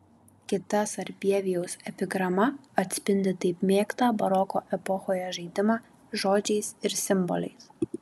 kita sarbievijaus epigrama atspindi taip mėgtą baroko epochoje žaidimą žodžiais ir simboliais